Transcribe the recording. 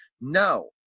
No